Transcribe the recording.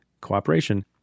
cooperation